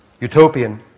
utopian